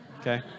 Okay